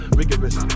rigorous